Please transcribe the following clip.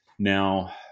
Now